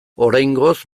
oraingoz